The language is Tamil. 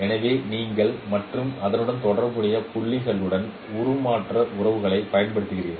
எனவே நீங்கள் T மற்றும் அதனுடன் தொடர்புடைய புள்ளிகளுடன் உருமாற்ற உறவுகளைப் பயன்படுத்துகிறீர்கள்